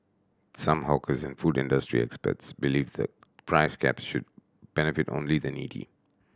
some hawkers and food industry experts believe the price caps should benefit only the needy